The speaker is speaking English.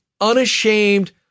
unashamed